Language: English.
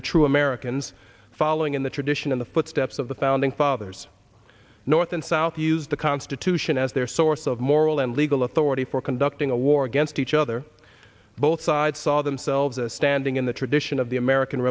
the true americans following in the tradition in the footsteps of the founding fathers north and south use the constitution as their source of moral and legal authority for conducting a war against each other both sides saw themselves as standing in the tradition of the american